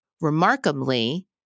Remarkably